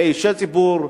כאישי ציבור,